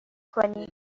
کنی